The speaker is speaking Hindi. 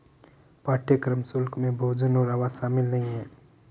पाठ्यक्रम शुल्क में भोजन और आवास शामिल नहीं है